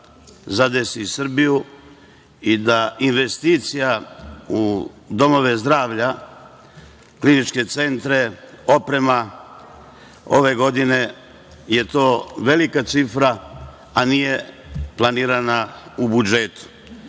zadesi Srbiju i da investicija u domove zdravlja, kliničke centre, oprema, ove godine je to velika cifra, a nije planirana u budžetu. Kada